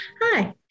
Hi